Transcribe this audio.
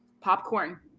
popcorn